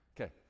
Okay